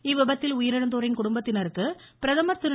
இவ்விபத்தில் உயிரிழந்தோரின் குடும்பத்தினருக்கு பிரதமர் திரு